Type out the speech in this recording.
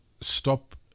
stop